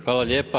Hvala lijepa.